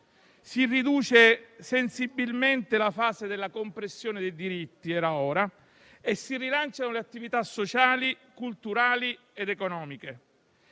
si riduce sensibilmente la fase della compressione dei diritti (era ora) e si rilanciano le attività sociali, culturali ed economiche.